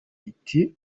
iti